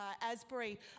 Asbury